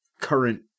current